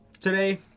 today